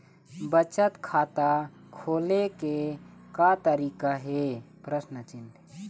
बचत खाता खोले के का तरीका हे?